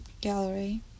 gallery